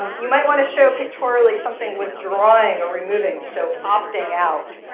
you might want to show pictorially something withdrawing or removing to show opting out.